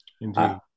indeed